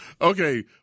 Okay